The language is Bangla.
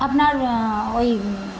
আপনার ওই